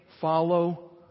Follow